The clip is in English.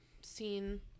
seen